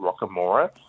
Rockamora